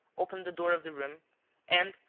opened the door of the room and,